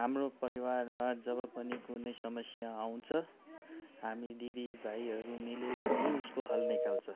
हाम्रो परिवारमा जब पनि कुनै समस्या आउँछ हामी दिदी भाइहरू मिलेर नै उसको हल निकाल्छ